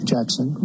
Jackson